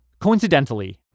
coincidentally